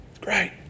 great